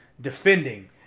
defending